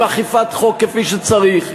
עם אכיפת חוק כפי שצריך,